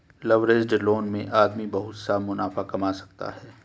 leveraged loan में आदमी बहुत सा मुनाफा कमा सकता है